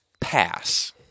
pass